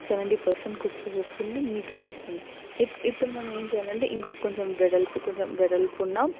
seventy percent cook చేసుకుంటే నీట్గా వస్తుంది ఇ ఇప్పుడు మనం ఏం చేయాలంటే ఇంకొంచం వెడల్పు ఇంకొంచం వెడల్పున్న